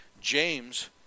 James